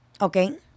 Okay